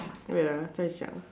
wait ah 等一下